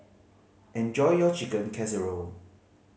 enjoy your Chicken Casserole